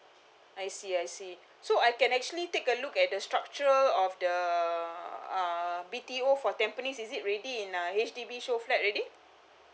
I see I see so I can actually take a look at the structure of the uh B_T_O for tampines is it ready in uh H_D_B show flat already